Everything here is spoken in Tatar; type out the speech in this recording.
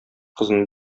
кызын